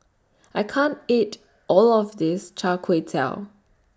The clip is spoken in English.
I can't eat All of This Chai Kway Tow